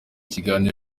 ikiganiro